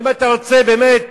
אם אתה רוצה באמת